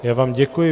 Já vám děkuji.